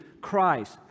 Christ